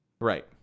Right